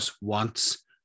wants